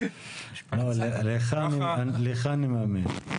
לא, לך אני מאמין.